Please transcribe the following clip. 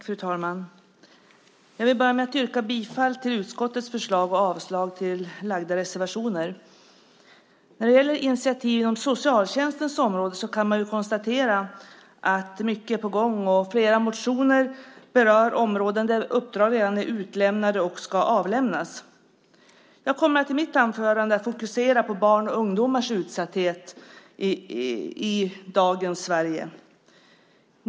Fru talman! Jag vill börja med att yrka bifall till utskottets förslag och avslag på reservationerna. När det gäller initiativ inom socialtjänstens områden kan man konstatera att mycket är på gång. Flera motioner berör områden där uppdrag redan är utlämnade och ska avlämnas. I mitt anförande kommer jag att fokusera på barns och ungdomars utsatthet i dagens Sverige.